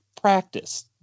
practice